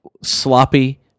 sloppy